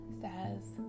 says